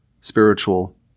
spiritual